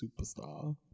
superstar